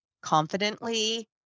confidently